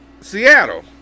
Seattle